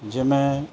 ਜਿਵੇਂ